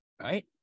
right